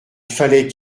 fallait